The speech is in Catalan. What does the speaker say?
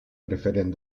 preferent